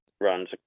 runs